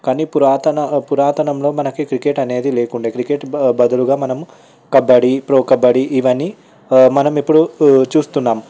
కానీ పురాతన పురాతనంలో మనకి క్రికెట్ అనేది లేకుండా క్రికెట్ బదులుగా మనం కబడ్డీ ప్రో కబడ్డీ ఇవన్నీ మనం ఇప్పుడు చూస్తున్నాము